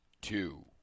two